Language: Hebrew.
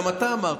גם אתה אמרת.